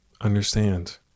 understand